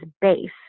base